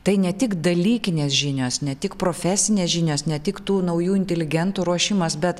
tai ne tik dalykinės žinios ne tik profesinės žinios ne tik tų naujų inteligentų ruošimas bet